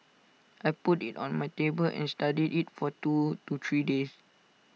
I put IT on my table and studied IT for two to three days